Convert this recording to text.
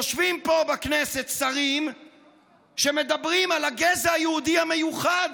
יושבים פה בכנסת שרים שמדברים על הגזע היהודי המיוחד,